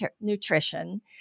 nutrition